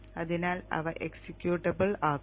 അതിനാൽ അവ എക്സിക്യൂട്ടബിൾ ആക്കും